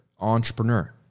entrepreneur